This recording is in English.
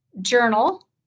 journal